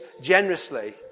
generously